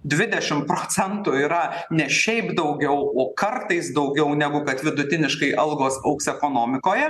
dvidešim procentų yra ne šiaip daugiau o kartais daugiau negu kad vidutiniškai algos augs ekonomikoje